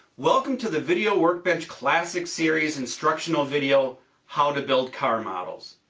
welcome to the video workbench classic series instructional video how to build car models.